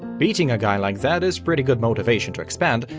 beating a guy like that is pretty good motivation to expand,